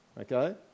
Okay